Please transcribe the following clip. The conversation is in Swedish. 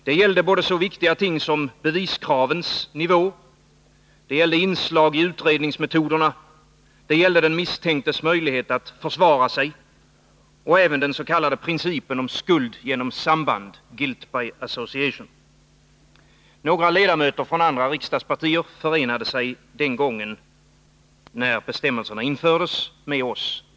Detta gällde så viktiga ting som beviskravens nivå, inslag i utredningsmetoderna, den misstänktes möjlighet att försvara sig och även den s.k. principen om skuld genom samband, ”guilt by association”. Några ledamöter från andra riksdagspartier förenade sig med oss i kritiken när bestämmelserna infördes.